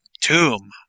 tomb